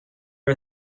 are